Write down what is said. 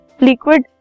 liquid